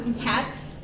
Cats